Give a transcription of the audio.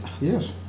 Yes